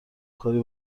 کاری